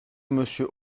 monsieur